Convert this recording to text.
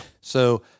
So-